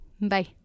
bye